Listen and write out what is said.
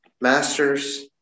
Masters